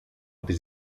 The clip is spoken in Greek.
τις